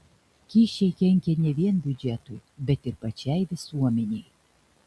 kyšiai kenkia ne vien biudžetui bet ir pačiai visuomenei